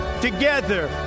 together